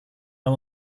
jag